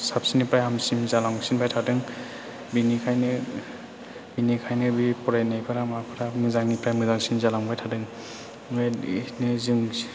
साबसिननिफ्राय हामसिन जालांसिनबाय थादों बिनिखायनो बिनिखायनो बे फरायनायफोरा माफोरा मोजांनिफ्राय मोजांसिन जालांबाय थादों बेबायदिनो जों